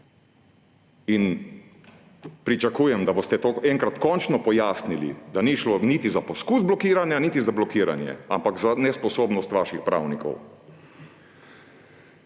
Pričakujem, da boste enkrat končno pojasnili to, da ni šlo niti za poskus blokiranja niti za blokiranje, ampak za nesposobnost vaših pravnikov.